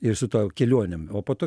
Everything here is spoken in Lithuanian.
ir su to kelionėm o po to